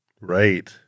Right